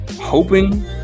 hoping